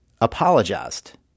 apologized